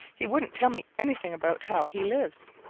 he wouldn't tell me anything about how he lives.